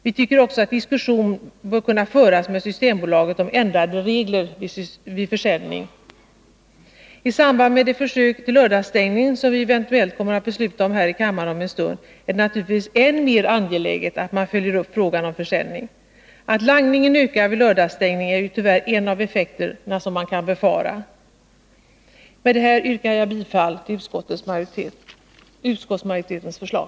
Diskussion borde också kunna föras med Systembolaget om ändrade regler vid försäljning. I samband med det försök till lördagsstängning som vi eventuellt kommer att besluta om här i kammaren om en stund är det naturligtvis än mer angeläget att man följer upp frågan om försäljning. Att langningen ökar vid lördagsstängning är ju tyvärr en av de effekter man kan befara. Med detta kan jag yrka bifall till utskottsmajoritetens förslag.